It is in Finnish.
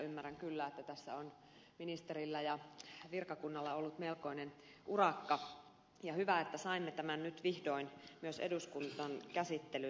ymmärrän kyllä että tässä on ministerillä ja virkakunnalla ollut melkoinen urakka ja hyvä että saimme tämän nyt vihdoin myös eduskuntaan käsittelyyn